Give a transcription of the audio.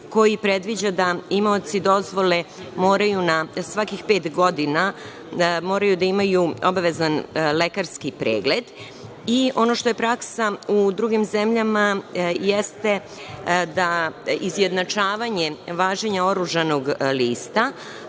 koji predviđa da imaoci dozvole moraju na svakih pet godina da imaju obavezan lekarski pregled. Ono što je praksa u drugim zemljama, jeste izjednačavanje važenja oružanog lista,